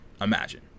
imagine